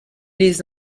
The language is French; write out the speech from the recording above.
les